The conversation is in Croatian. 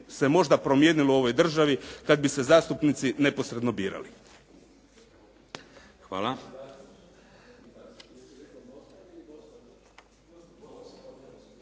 se možda promijenilo u ovoj državi kad bi se zastupnici neposredno birali.